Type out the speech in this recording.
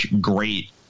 great